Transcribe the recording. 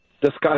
discuss